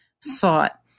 sought